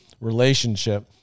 relationship